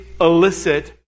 elicit